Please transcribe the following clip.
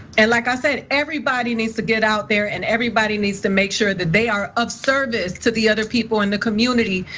and like i said, everybody needs to get out there and everybody needs to make sure that they are of service. to the other people in the community,